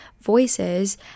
voices